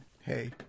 hey